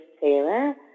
Taylor